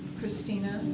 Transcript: Christina